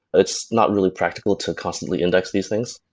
it's not really practical to constantly index these things.